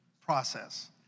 process